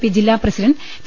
P ജില്ലാ president T